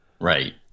Right